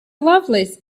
lovelace